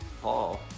Paul